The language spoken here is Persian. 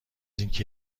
اینکه